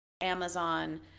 Amazon